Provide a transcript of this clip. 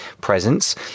presence